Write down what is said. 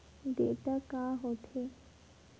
Data का होथे?